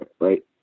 right